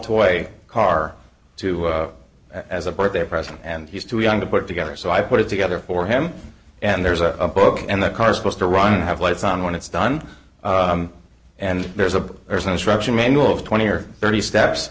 toy car two as a birthday present and he's too young to put together so i put it together for him and there's a book and the car supposed to run and have lights on when it's done and there's a there's an instruction manual of twenty or thirty steps